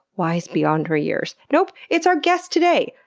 wise beyond her years? nope! it's our guest today.